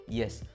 yes